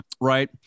Right